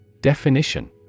Definition